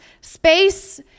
space